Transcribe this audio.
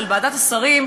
של ועדת השרים,